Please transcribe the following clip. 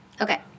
Okay